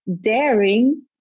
daring